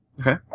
Okay